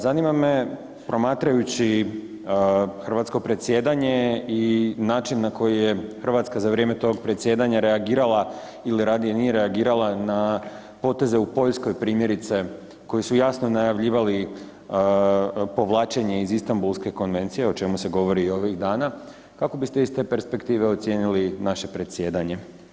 Zanima me promatrajući hrvatsko predsjedanje i način na koji je Hrvatska za vrijeme tog predsjedanja reagirala ili radije nije reagirala na poteze u Poljskoj primjerice, koji su jasno navaljivali povlačenje iz Istambulske konvencije, o čemu se govori o ovih dana, kako biste iz te perspektive ocijenili naše predsjedanje?